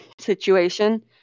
situation